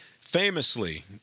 famously